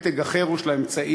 מתג אחר הוא של הכסף,